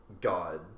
God